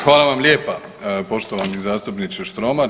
Hvala vam lijepa poštovani zastupniče Štromar.